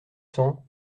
cents